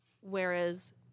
whereas